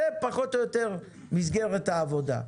זה פחות או יותר מסגרת העבודה.